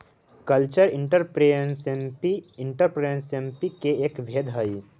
cultural entrepreneurship entrepreneurship के एक भेद हई